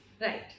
Right